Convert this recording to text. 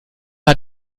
hat